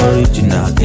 Original